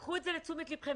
קחו את זה לתשומת ליבכם.